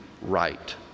right